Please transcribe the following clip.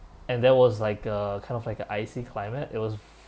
and that was like a kind of like a icy climate it was